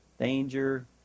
danger